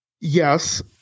yes